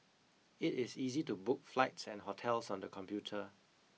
it is easy to book flights and hotels on the computer